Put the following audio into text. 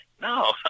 No